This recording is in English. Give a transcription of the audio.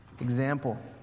example